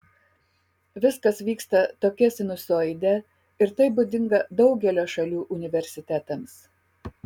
viskas vyksta tokia sinusoide ir tai būdinga daugelio šalių universitetams